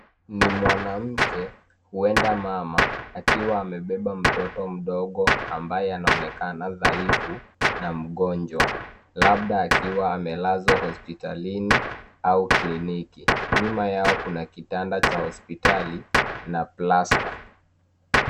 Ni mwanamke, huenda mama akiwa amebeba mtoto mdogo ambaye anaonekana dhaifu na mgonjwa. Labda akiwa amelazwa hospitalini au kliniki. Nyuma yao kuna kitanda cha hospitali na plasta.